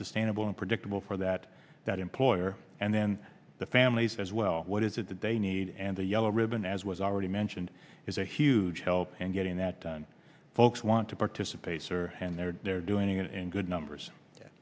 sustainable and predictable for that that employer and then the families as well what is it that they need and the yellow ribbon as was already mentioned is a huge help and getting that done folks want to participate sir and they're doing it in good numbers